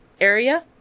area